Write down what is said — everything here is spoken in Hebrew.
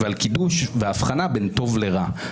ועל כיבוש והבחנה בין טוב לרע.